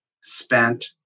spent